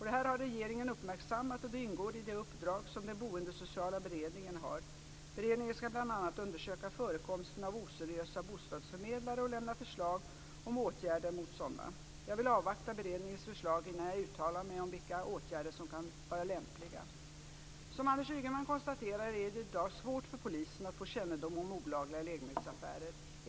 Detta har regeringen uppmärksammat och det ingår i det uppdrag som Boendesociala beredningen har. Beredningen skall bl.a. undersöka förekomsten av oseriösa bostadsförmedlare och lämna förslag om åtgärder mot sådana. Jag vill avvakta beredningens förslag innan jag uttalar mig om vilka åtgärder som kan vara lämpliga. Som Anders Ygeman konstaterar är det i dag svårt för polisen att få kännedom om olagliga lägenhetsaffärer.